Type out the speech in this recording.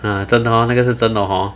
ya 真的那个是真的 hor